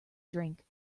drink